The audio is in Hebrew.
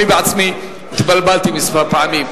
אני בעצמי התבלבלתי כמה פעמים.